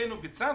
סיוון,